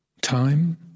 time